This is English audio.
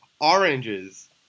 oranges